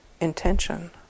intention